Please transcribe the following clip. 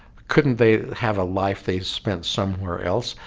couldn't they have a life they spent somewhere else?